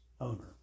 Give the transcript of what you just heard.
owner